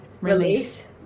release